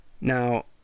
Now